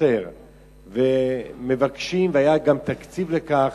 החצר ומבקשים, והיה גם תקציב לכך,